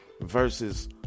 versus